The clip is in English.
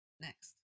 Next